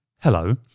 hello